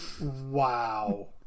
Wow